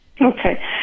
Okay